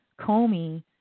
Comey